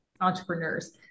entrepreneurs